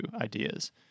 ideas